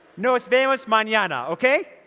nos vemos manana, okay?